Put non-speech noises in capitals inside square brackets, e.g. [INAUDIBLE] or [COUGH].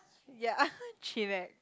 ya [NOISE] chillax